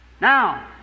Now